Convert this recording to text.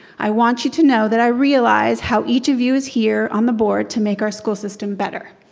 i want you to know that i realize how each of you is here on the board to make our school system better.